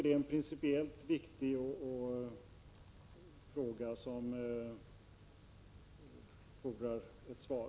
Det är en principiellt viktig fråga, som fordrar ett svar.